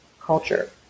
culture